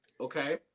Okay